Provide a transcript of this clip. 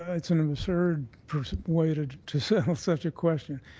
ah it's an absurd way to to settle such a question.